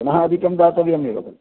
पुनः अधिकं दातव्यम् एव खलु